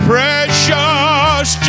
Precious